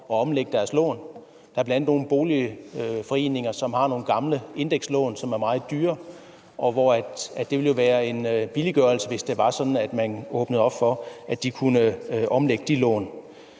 at omlægge deres lån. Der er bl.a. nogle boligforeninger, som har nogle gamle indekslån, som er meget dyre, og hvor det ville være en billiggørelse, hvis det var sådan, at man åbnede op for, at de kunne omlægge de lån.